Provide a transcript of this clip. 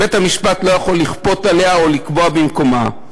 בית-המשפט לא יכול לכפות עליה או לקבוע במקומה.